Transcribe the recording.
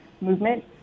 movement